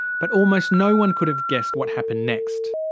but almost no-one could have guessed what happened next.